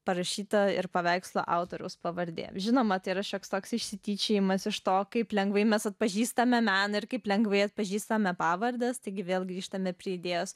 parašyta ir paveikslo autoriaus pavardė žinoma tai yra šioks toks išsityčiojimas iš to kaip lengvai mes atpažįstame meną ir kaip lengvai atpažįstame pavardes taigi vėl grįžtame prie idėjos